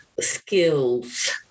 skills